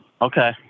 Okay